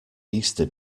easter